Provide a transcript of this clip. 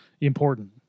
important